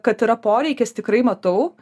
kad yra poreikis tikrai matau